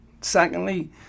Secondly